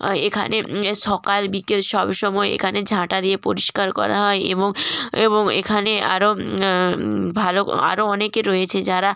আর এখানে সকাল বিকেল সবসময় এখানে ঝাঁটা দিয়ে পরিষ্কার করা হয় এবং এবং এখানে আরও ভালো আরও অনেকে রয়েছে যারা